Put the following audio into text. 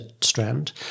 Strand